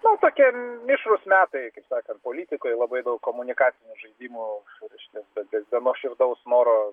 na tokie mišrūs metai kaip sakant politikoj labai daug komunikacinio žaidimo už reiškias be be be nuoširdaus noro